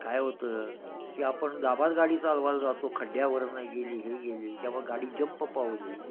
काय होतं की आपण दाबात गाडी चालवायला जातो खड्ड्यावरून गेली हे गेली त्यामुळं गाडी जंप पावली